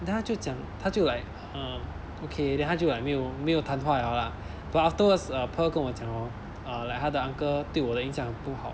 then 他就讲他就 like err okay then 他就 like 没有没有谈话了啦 but afterwards uh pearl 跟我讲 hor uh like 他的 uncle 对我的印象不好